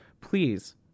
please